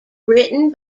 written